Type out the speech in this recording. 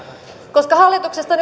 koska hallituksesta